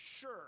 sure